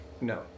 No